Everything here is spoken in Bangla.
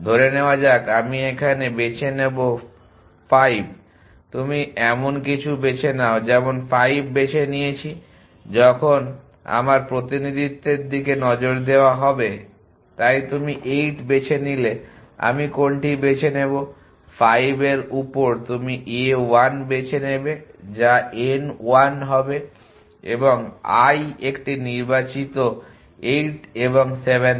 ধরে নেয়া যাক আমি এখানে বেছে নেব 5 তুমি এমন কিছু বেছে নাও যেমন 5 বেছে নিয়েছি যখন আমার প্রতিনিধিত্বের দিকে নজর দেওয়া হবে তাই তুমি 8 বেছে নিলে আমি কোনটি বেছে নেব 5 এর উপর তুমি a1 বেছে নেবে যা n1 হবে এবং i একটি নির্বাচিত 8 এবং 7 থেকে